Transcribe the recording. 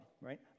right